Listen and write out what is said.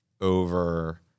over –